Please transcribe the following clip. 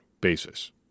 basis